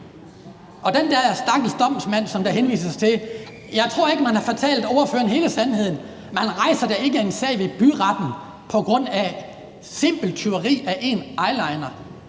til den der stakkels domsmand, som der henvises til, så tror jeg ikke, man har fortalt ordføreren hele sandheden. Man rejser da ikke en sag ved byretten på grund af simpelt tyveri af en eyeliner.